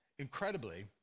Incredibly